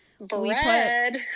Bread